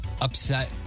upset